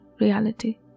reality